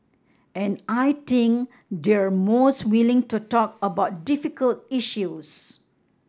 and I think they're most willing to talk about difficult issues